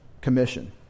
commission